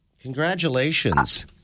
Congratulations